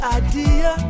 idea